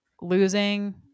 losing